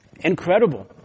incredible